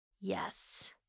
Yes